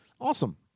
Awesome